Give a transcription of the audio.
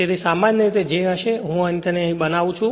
તેથી સામાન્ય રીતે તે હશે જેને હું તેને અહીં બનાવું છું